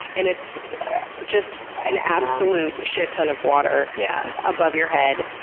and it's just an absolute shit ton of water yeah above your head.